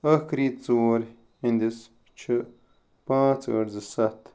ٲخٕری ژور ہنٛدس چھِ پانٛژھ ٲٹھ زٕ ستھ